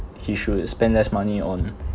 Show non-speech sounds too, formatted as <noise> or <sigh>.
he should spend less money on <breath>